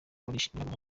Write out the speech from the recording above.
barishimira